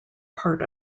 part